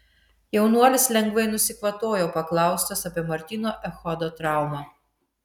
jaunuolis lengvai nusikvatojo paklaustas apie martyno echodo traumą